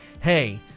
hey